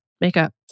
makeup